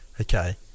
Okay